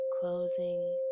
closing